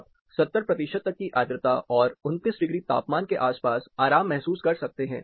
आप 70 प्रतिशत तक की आर्द्रता और 29 डिग्री तापमान के आसपास आराम महसूस कर सकते हैं